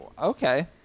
Okay